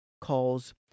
calls